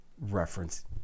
reference